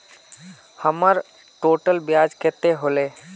हमर टोटल ब्याज कते होले?